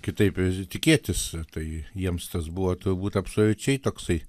kitaip ir tikėtis tai jiems tas buvo turbūt absoliučiai toksai